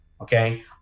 Okay